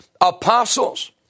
apostles